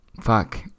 fuck